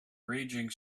raging